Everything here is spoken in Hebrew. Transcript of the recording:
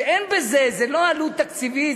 שאין בהם עלות תקציבית,